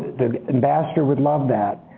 the ambassador would love that.